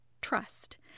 trust